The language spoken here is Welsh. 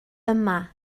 yma